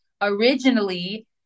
originally